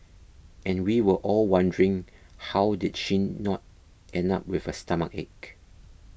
and we were all wondering how did she not end up with a stomachache